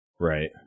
Right